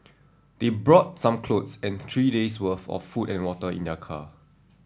they brought some clothes and three days worth of food and water in their car